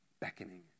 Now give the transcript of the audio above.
beckoning